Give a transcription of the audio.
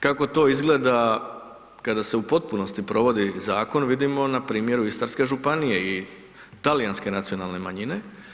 Kako to izgleda kada se u potpunosti provodi zakon, vidimo na primjeru Istarske županije i talijanske nacionalne manjine.